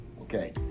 Okay